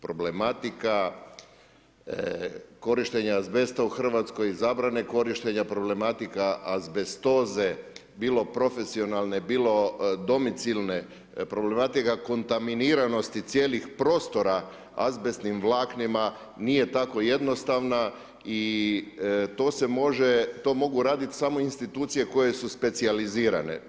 Problematika korištenja azbesta u Hrvatskoj, zabrane korištenja, problematika azbestoze, bilo profesionalne, bilo domicilne, problematika kontaminiranosti cijelih prostora azbestnim vlaknima nije tako jednostavna i to se može, to mogu raditi samo institucije koje su specijalizirane.